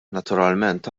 naturalment